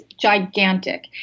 gigantic